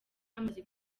hamaze